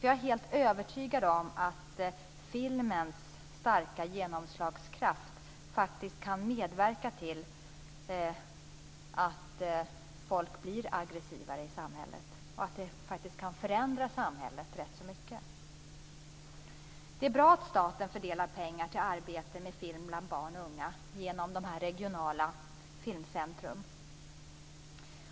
Jag är helt övertygad om att filmens starka genomslagskraft kan medverka till att folk blir aggressivare i samhället. Film kan faktiskt förändra samhället rätt så mycket. Det är bra att staten fördelar pengar till arbete med film bland barn och unga genom de regionala filmcentrumen.